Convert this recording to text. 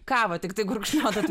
kavą tiktai gurkšnot